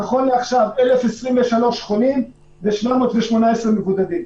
נכון לעכשיו 1,023 חולים ו-718 מבודדים.